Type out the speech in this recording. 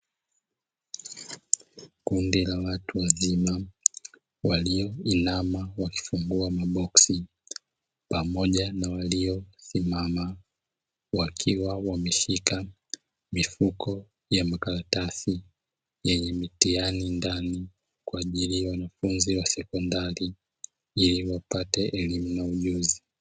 Kundi la watu wazima walioinama wakifungua maboksi, pamoja na waliosimama. Wakiwa wameshika mifuko ya makaratasi yenye mitihani ndani, kwa ajili ya wanafunzi wa sekondari, ili wapate elimu na ujuzi.